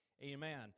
amen